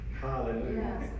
Hallelujah